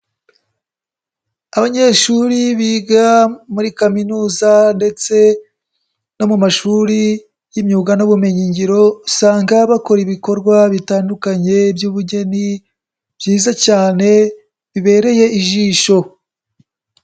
Abanyeshuri biga muri kaminuza ndetse no mu mashuri y'imyuga n'ubumenyi ngiro, usanga bakora ibikorwa bitandukanye by'ubugeni byiza cyane bibereye ijisho.